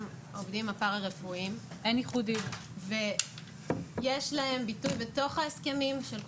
העובדים הפרא רפואיים ויש להם ביטוי בתוך ההסכמים של כולם,